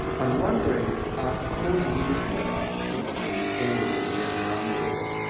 i'm wondering after forty years now since the end of the vietnam war,